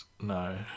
No